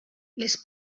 les